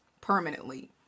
permanently